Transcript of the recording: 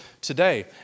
today